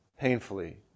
painfully